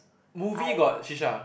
movie got shisha